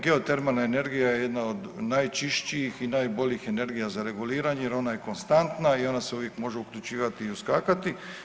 Geotermalna energija je jedna od najčišćih i najboljih energija za reguliranje jer ona je konstantna i ona se uvijek može uključivati i uskakati.